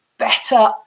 better